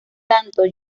tanto